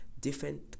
different